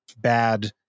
bad